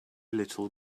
little